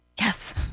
Yes